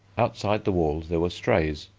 outside the walls there were strays,